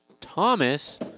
Thomas